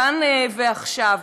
כאן ועכשיו?